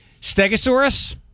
Stegosaurus